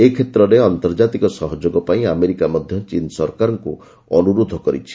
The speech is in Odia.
ଏ କ୍ଷେତ୍ରରେ ଆନ୍ତର୍ଜାତିକ ସହଯୋଗ ପାଇଁ ଆମେରିକା ମଧ୍ୟ ଚୀନ ସରକାରଙ୍କୁ ଅନୁରୋଧ କରିଛି